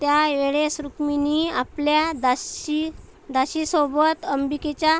त्यावेळेस रुक्मिणी आपल्या दासी दासीसोबत अंबिकेच्या